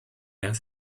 has